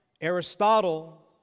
Aristotle